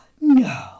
No